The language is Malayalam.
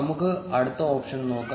നമുക്ക് അടുത്ത ഓപ്ഷൻ നോക്കാം